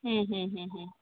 ହୁଁ ହୁଁ ହୁଁ ହୁଁ